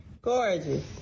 Gorgeous